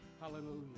hallelujah